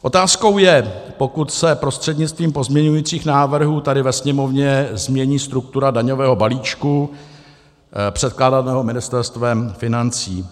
Otázkou je, pokud se prostřednictvím pozměňujících návrhů tady ve Sněmovně změní struktura daňového balíčku předkládaného Ministerstvem financí.